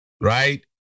right